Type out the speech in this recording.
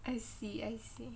I see I see